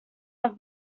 have